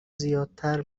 زیادتر